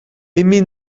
límit